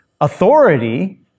authority